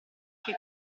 che